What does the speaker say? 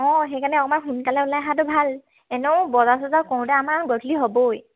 অঁ সেইকাৰণে অকণমান সোনকালে ওলাই অহাটো ভাল এনেও বজাৰ চজাৰ কৰোঁতে আমাৰ গধূলি হ'বই